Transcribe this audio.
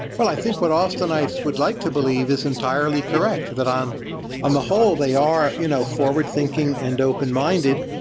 but i think what austinites would like to believe is entirely correctly that on on the whole, they are you know forward-thinking and open-minded,